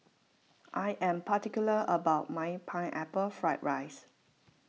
I am particular about my Pineapple Fried Rice